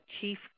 chief